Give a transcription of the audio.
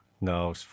no